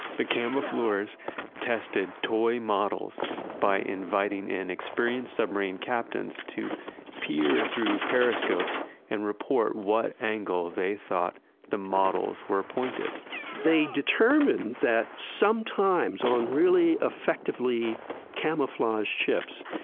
the camofleurs tested toy models by inviting experienced submarine captains to peer through periscopes and report what angle they thought the models were pointed they determined that sometimes on really effectively camouflaged ships,